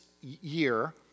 year